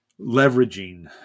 leveraging